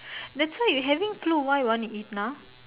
that's why you having flu why you want to eat now